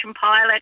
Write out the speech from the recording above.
pilot